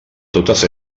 totes